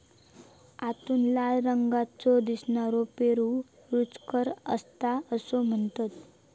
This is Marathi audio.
आतून लाल रंगाचो दिसनारो पेरू रुचकर असता असा म्हणतत